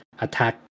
attack